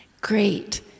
Great